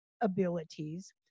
abilities